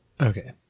Okay